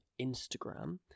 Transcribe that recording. Instagram